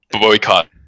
boycott